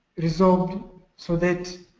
resolved so that